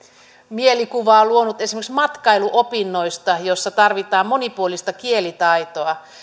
mielikuvaa luonut esimerkiksi matkailuopinnoista joissa tarvitaan monipuolista kielitaitoa